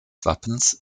wappens